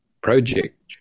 project